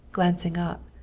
glancing up,